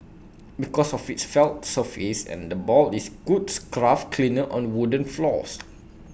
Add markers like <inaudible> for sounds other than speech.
<noise> because of its felt surface and the ball is A good scruff cleaner on wooden floors